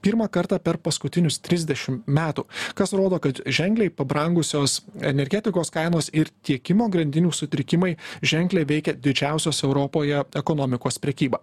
pirmą kartą per paskutinius trisdešim metų kas rodo kad ženkliai pabrangusios energetikos kainos ir tiekimo grandinių sutrikimai ženkliai veikia didžiausios europoje ekonomikos prekybą